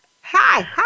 Hi